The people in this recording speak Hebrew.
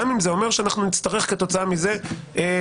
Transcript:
גם אם זה אומר שאנחנו נצטרך כתוצאה מזה לעשות